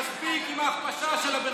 תפסיק עם זה.